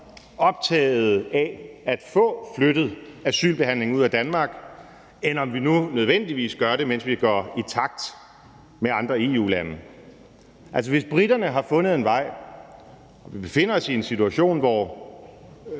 optaget af at få flyttet asylbehandlingen ud af Danmark, end om vi nu nødvendigvis gør det, mens vi går i takt med andre EU-lande. Altså, hvis briterne har fundet en vej – og vi befinder os i en situation, hvor